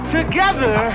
Together